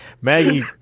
Maggie